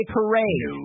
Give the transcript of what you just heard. Parade